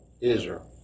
Israel